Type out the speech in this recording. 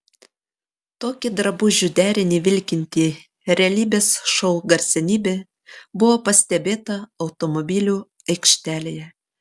tokį drabužių derinį vilkinti realybės šou garsenybė buvo pastebėta automobilių aikštelėje